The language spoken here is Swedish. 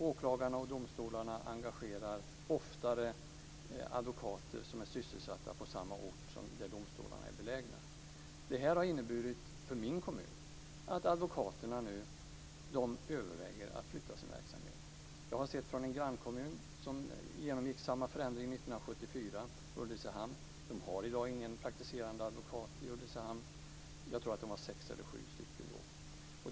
Åklagarna och domstolarna engagerar oftare advokater som är sysselsatta på samma ort som domstolarna är belägna i. I min kommun har det inneburit att advokaterna nu överväger att flytta sin verksamhet. En grannkommun, Ulricehamn, genomgick samma förändring 1974. Det finns i dag ingen praktiserande advokat i Ulricehamn. Jag tror att det fanns sex eller sju stycken förut.